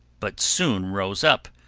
but soon rose up,